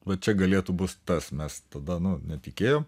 va čia galėtų bus tas mes tada nu netikėjom